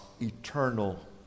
eternal